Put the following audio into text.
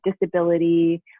disability